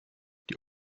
die